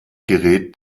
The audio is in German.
gerät